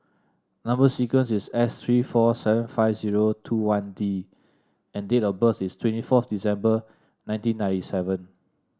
number sequence is S three four seven five zero two one D and date of birth is twenty fourth December nineteen ninety seven